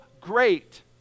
great